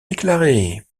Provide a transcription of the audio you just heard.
déclaré